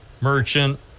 Merchant